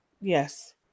Yes